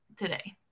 today